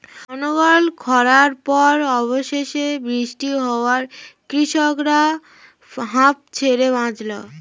অনর্গল খড়ার পর অবশেষে বৃষ্টি হওয়ায় কৃষকরা হাঁফ ছেড়ে বাঁচল